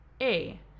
A-